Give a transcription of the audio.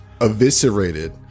eviscerated